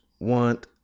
want